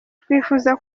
twifuza